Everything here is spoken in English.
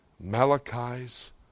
Malachi's